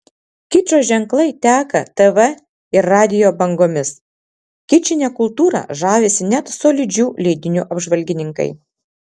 kičo ženklai teka tv ir radijo bangomis kičine kultūra žavisi net solidžių leidinių apžvalgininkai